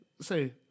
Say